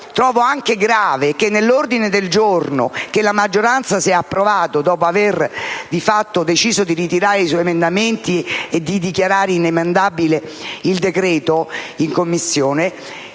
trovo anche grave che nell'ordine del giorno che la maggioranza ha approvato, dopo aver di fatto deciso di ritirare i suoi emendamenti e di dichiarare inemendabile il decreto-legge in Commissione,